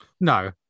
No